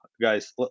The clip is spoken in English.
guys